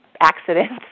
accidents